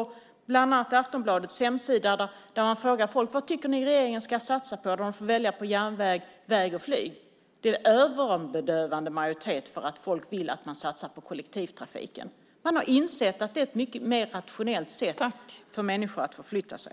Har ni bland annat tittat på Aftonbladets hemsida? Där frågar man människor: Vad tycker ni att regeringen ska satsa på? De får välja mellan väg, järnväg och flyg. Det är en öronbedövande majoritet av människor som vill satsa på kollektivtrafiken. De har insett att det är ett mycket mer rationellt sätt för människor att förflytta sig.